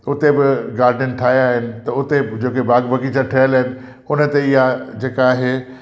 उते बि गार्डन ठाहिया आहिनि त उते बि जेके बाग़ बाग़ीचा ठहियलु आहिनि उन ते इहा जेका आहे